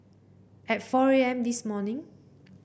at four A M this morning